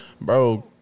bro